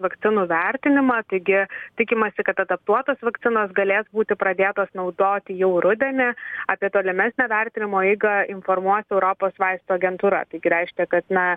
vakcinų vertinimą taigi tikimasi kad adaptuotos vakcinos galės būti pradėtos naudoti jau rudenį apie tolimesnę vertinimo eigą informuos europos vaistų agentūra taigi reiškia kad na